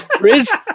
Riz